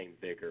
bigger